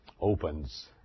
opens